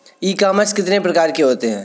ई commerce कितने प्रकार के होते हैं?